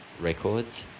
records